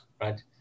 right